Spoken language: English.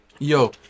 Yo